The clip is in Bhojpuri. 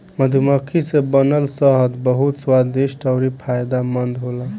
मधुमक्खी से बनल शहद बहुत स्वादिष्ट अउरी फायदामंद होला